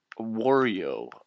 Wario